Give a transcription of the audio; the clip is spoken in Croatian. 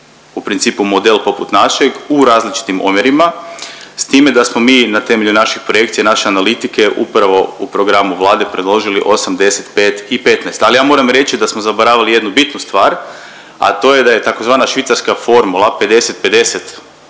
u principu model poput našeg u različitim omjerima s time da smo mi na temelju naših projekcija, naše analitike upravo u programu Vlade predložili 85 i 15. Ali ja moram reći da smo zaboravili jednu bitnu stvar, a to je da je tzv. švicarska formula 50:50